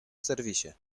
serwisie